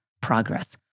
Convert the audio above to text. progress